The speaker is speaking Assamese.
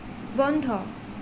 বন্ধ